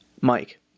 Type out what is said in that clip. Mike